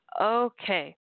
Okay